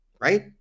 Right